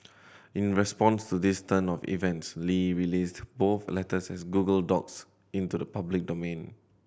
in response to this turn of events Li released both letters as Google Docs into the public domain